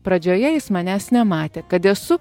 pradžioje jis manęs nematė kad esu